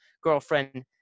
girlfriend